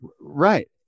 Right